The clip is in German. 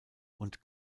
und